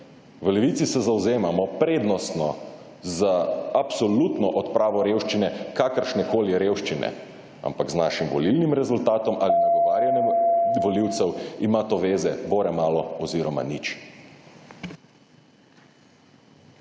V Levici se zavzemamo prednostno za absolutno odpravo revščine, kakršnekoli revščine, ampak z našim volilnim rezultatom / znak za konec razprave/ ali nagovarjanjem volivcem ima to veze bore malo oziroma nič.